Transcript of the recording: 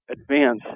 advance